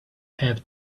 have